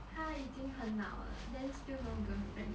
他已经很老了 then still no girlfriend